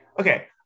okay